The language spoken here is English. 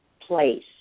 place